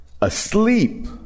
Asleep